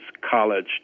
college